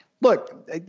look